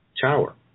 tower